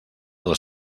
les